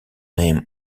names